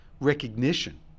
recognition